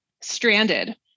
stranded